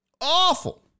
Awful